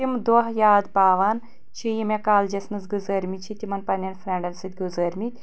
تِم دۄہ یاد پاوان چھِ یہِ مے کالجٮ۪س منٛز گُزٲرۍمٕتۍ چھِ تمَن پَننٮ۪ن فرٛیٚنٛڈَن سۭتۍ گُزٲرۍمٕتۍ